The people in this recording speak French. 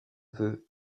vœu